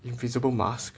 invisible mask